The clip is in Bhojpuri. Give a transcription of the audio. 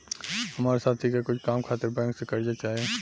हमार साथी के कुछ काम खातिर बैंक से कर्जा चाही